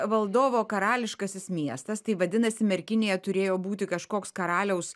valdovo karališkasis miestas tai vadinasi merkinėje turėjo būti kažkoks karaliaus